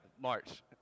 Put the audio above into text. March